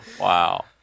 Wow